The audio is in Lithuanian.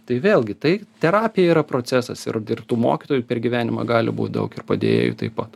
tai vėlgi tai terapija yra procesas ir ir tų mokytojų per gyvenimą gali būt daug ir padėjėjų taip pat